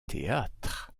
théâtre